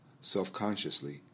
self-consciously